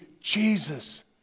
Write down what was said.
Jesus